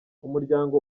umuryango